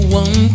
one